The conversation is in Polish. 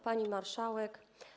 Pani Marszałek!